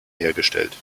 hergestellt